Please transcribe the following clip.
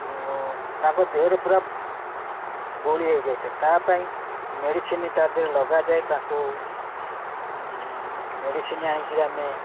ତାଙ୍କ ଦେହରେ ପୁରା ବୋଳି ହେଇ ଯାଇଥାଏ ତା ପାଇଁ ମେଡ଼ିସିନ୍ ତା ଦେହରେ ଲଗାଯାଏ ତାଙ୍କୁ ମେଡ଼ିସିନ୍ ଆଣିକିରି ଆମେ